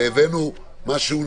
והבאנו משהו נכון,